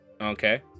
Okay